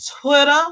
Twitter